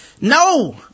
no